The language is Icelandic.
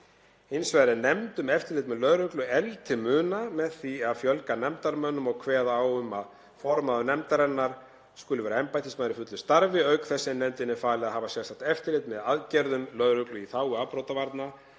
Hins vegar er nefnd um eftirlit með lögreglu efld til muna með því að fjölga nefndarmönnum og kveða á um að formaður nefndarinnar skuli vera embættismaður í fullu starfi auk þess sem nefndinni er falið að hafa sérstakt eftirlit með aðgerðum lögreglu í þágu afbrotavarna.